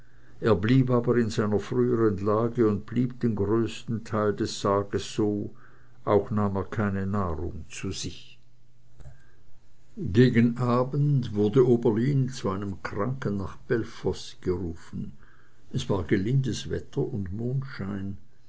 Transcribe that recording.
er blieb aber in seiner frühern lage und blieb den größten teil des tages so auch nahm er keine nahrung zu sich gegen abend wurde oberlin zu einem kranken nach bellefosse gerufen es war gelindes wetter und mondschein